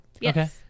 Yes